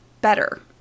better